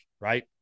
right